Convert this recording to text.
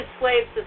slaves